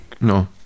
no